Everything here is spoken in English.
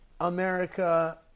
America